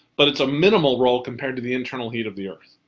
but it's a minimal role compared to the internal heat of the earth.